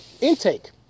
intake